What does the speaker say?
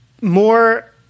more